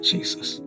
Jesus